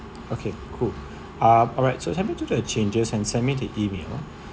okay cool um alright so sent me to the changes and send the email